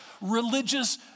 religious